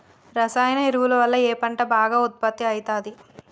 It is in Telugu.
రసాయన ఎరువుల వల్ల ఏ పంట బాగా ఉత్పత్తి అయితది?